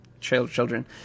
children